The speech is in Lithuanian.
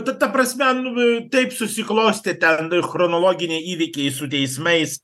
ta ta prasme nu taip susiklostė ten chronologiniai įvykiai su teismais